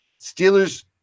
Steelers